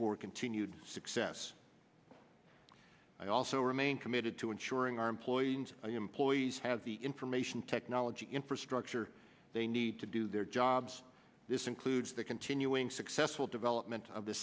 for continued success i also remain committed to and during our employees and employees have the information technology infrastructure they need to do their jobs this includes the continuing successful development of the